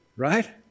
Right